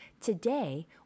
Today